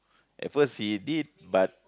at first he did but